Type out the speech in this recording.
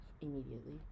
immediately